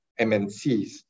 MNCs